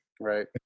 Right